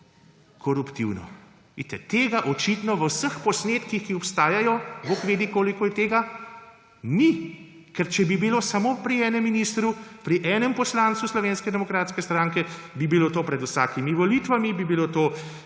koruptivno. Vidite, tega očitno v vseh posnetkih, ki obstajajo ‒ bog vedi, koliko je tega ‒, ni. Ker če bi bilo samo pri enem ministru, pri enem poslancu Slovenske demokratske stranke, bi bilo to pred vsakimi volitvami, bi bilo na